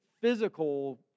physical